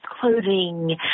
clothing